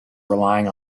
relying